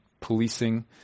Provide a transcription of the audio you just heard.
policing